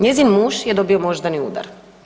Njezin muž je dobio moždani udar.